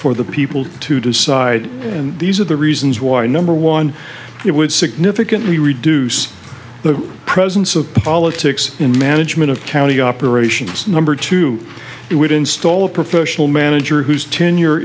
for the people to decide and these are the reasons why number one it would significantly reduce the presence of politics in management of county operations number two it would install a professional manager whose tenure